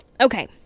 Okay